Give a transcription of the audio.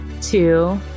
Two